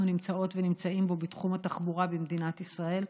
נמצאות ונמצאים בו בתחום התחבורה במדינת ישראל,